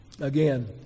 Again